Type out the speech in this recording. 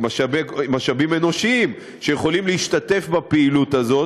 אנושיים שיכולים להשתתף בפעילות הזאת.